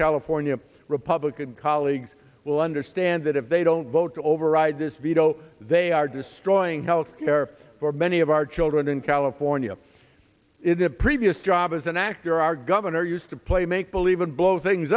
california republican colleagues will understand that if they don't vote to override this veto they are destroying health care for many of our children in california in a previous job as an actor our governor used to play make believe and blow things